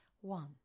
one